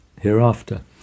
hereafter